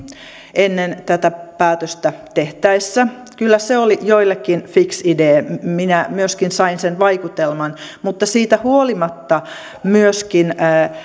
ennen tätä päätöstä tehtäessä kyllä se oli joillekin fixe idee minä myöskin sain sen vaikutelman siitä huolimatta myöskin